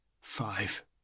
Five